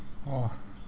!wah!